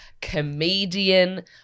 comedian